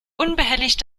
unbehelligt